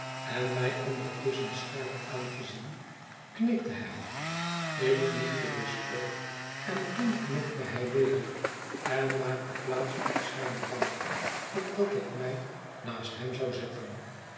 en mij ondertusschen scherp aangezien knikte hij ik knikte dus ook en toen knikte hij weder en maakte plaats op zijne bank opdat ik mij naast hem zou zetten